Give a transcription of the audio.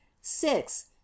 six